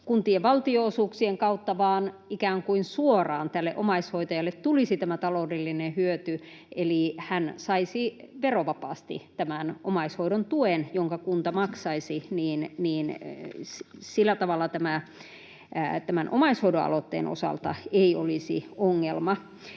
kuntien valtionosuuksien kautta, vaan ikään kuin suoraan tälle omaishoitajalle tulisi tämä taloudellinen hyöty, eli hän saisi verovapaasti tämän omaishoidon tuen, jonka kunta maksaisi, niin sillä tavalla tämän omaishoidon aloitteen osalta ei olisi ongelmaa.